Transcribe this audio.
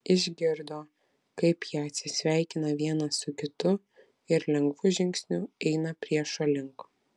išgirdo kaip jie atsisveikina vienas su kitu ir lengvu žingsniu eina priešo link